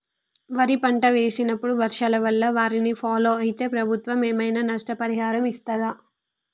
వరి పంట వేసినప్పుడు వర్షాల వల్ల వారిని ఫాలో అయితే ప్రభుత్వం ఏమైనా నష్టపరిహారం ఇస్తదా?